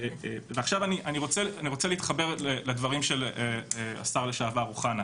ועכשיו אני רוצה להתחבר לדברים של השר לשעבר אוחנה.